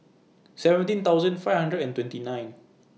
seventeen thousand five hundred and twenty nine